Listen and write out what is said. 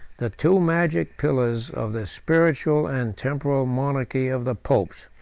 the two magic pillars of the spiritual and temporal monarchy of the popes.